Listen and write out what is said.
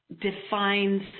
defines